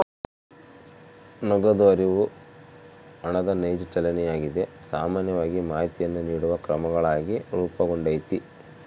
ನಗದು ಹರಿವು ಹಣದ ನೈಜ ಚಲನೆಯಾಗಿದೆ ಸಾಮಾನ್ಯವಾಗಿ ಮಾಹಿತಿಯನ್ನು ನೀಡುವ ಕ್ರಮಗಳಾಗಿ ರೂಪುಗೊಂಡೈತಿ